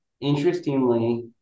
Interestingly